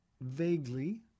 vaguely